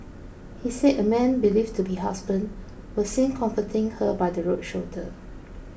he said a man believed to be husband was seen comforting her by the road shoulder